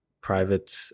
private